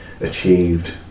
achieved